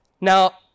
Now